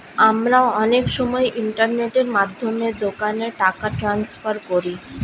আমরা অনেক সময় ইন্টারনেটের মাধ্যমে দোকানে টাকা ট্রান্সফার করি